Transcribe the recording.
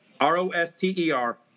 R-O-S-T-E-R